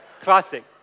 classic